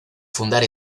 fundar